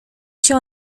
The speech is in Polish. się